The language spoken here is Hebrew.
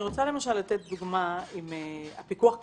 הפיקוח קבע,